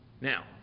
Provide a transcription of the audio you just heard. Now